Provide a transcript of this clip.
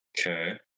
Okay